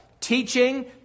teaching